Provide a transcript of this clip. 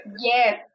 Yes